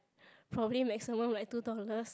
probably maximum like two dollars